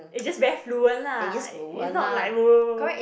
is just very fluent lah is not like !woah!